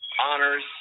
honors